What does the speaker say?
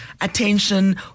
attention